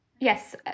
Yes